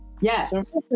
Yes